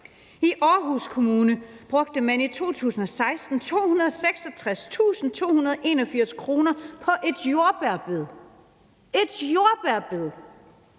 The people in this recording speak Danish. I Aarhus Kommune brugte man i 2016 266.281 kr. på et jordbærbed! Når Svendborg